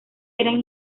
eran